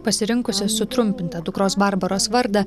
pasirinkusi sutrumpintą dukros barbaros vardą